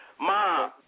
Mom